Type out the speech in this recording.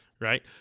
right